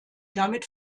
damit